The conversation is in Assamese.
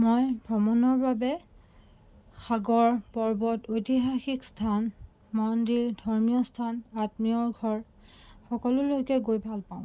মই ভ্ৰমণৰ বাবে সাগৰ পৰ্বত ঐতিহাসিক স্থান মন্দিৰ ধৰ্মীয় স্থান আত্মীয়ৰ ঘৰ সকলোলৈকে গৈ ভাল পাওঁ